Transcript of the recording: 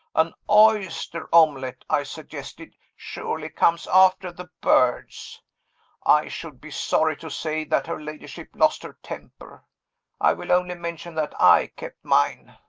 an oyster omelet i suggested, surely comes after the birds i should be sorry to say that her ladyship lost her temper i will only mention that i kept mine.